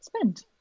spend